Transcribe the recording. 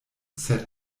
sed